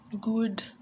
good